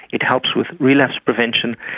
it helps with relapse prevention,